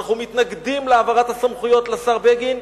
אנחנו מתנגדים להעברת הסמכויות לשר בגין,